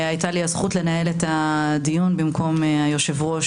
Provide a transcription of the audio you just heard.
והייתה לי הזכות לנהל את הדיון במקום היושב-ראש,